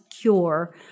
Cure